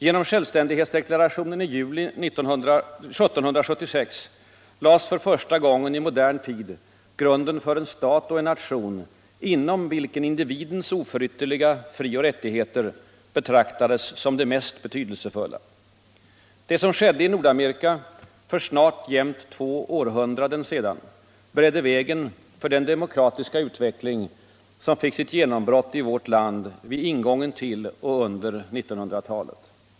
Genom självständighetsdeklarationen i juli 1776 lades för första gången i modern tid grunden för en stat och en nation inom vilken individens oförytterliga frioch rättigheter betraktades som det mest betydelsefulla. Det som skedde i Nordamerika för snart jämnt två århundraden sedan beredde vägen för den demokratiska utveckling som fick sitt genombrott i vårt land vid ingången till och under 1900-talet.